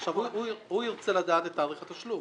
עכשיו הוא ירצה לדעת את תאריך התשלום.